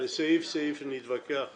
וסעיף סעיף נתווכח עליו.